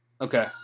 okay